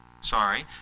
Sorry